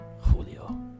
Julio